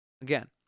again